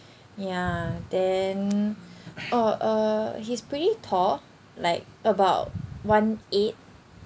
ya then oh uh he's pretty tall like about one eight